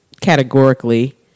categorically